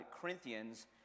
Corinthians